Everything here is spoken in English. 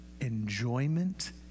enjoyment